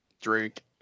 drink